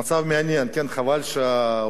חבל שהאולם הזה,